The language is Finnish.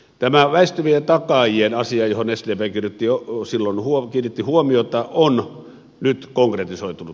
tämä väistyvien takaajien asia johon sdp kiinnitti jo silloin huomiota on nyt konkretisoitunut